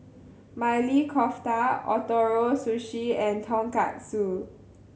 Maili Kofta Ootoro Sushi and Tonkatsu